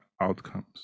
outcomes